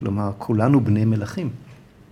‫כלומר, כולנו בני מלכים.